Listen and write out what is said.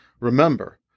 Remember